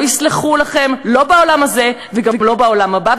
לא יסלחו לכם, לא בעולם הזה וגם לא בעולם הבא.